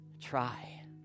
try